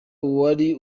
wari